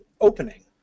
opening